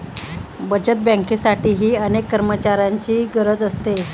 बचत बँकेसाठीही अनेक कर्मचाऱ्यांची गरज असते